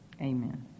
amen